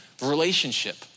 relationship